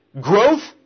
Growth